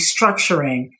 restructuring